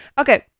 okay